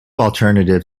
alternative